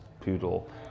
poodle